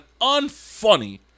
unfunny